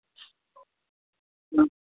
माताके मन्दिर छथिन वहाँ